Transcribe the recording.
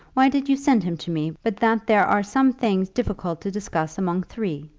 why did you send him to me, but that there are some things difficult to discuss among three?